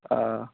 आह